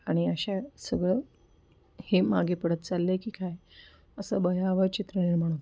आणि अशा सगळं हे मागे पडत चाललं आहे की काय असं भयावह चित्र निर्माण होतं